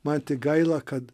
man tik gaila kad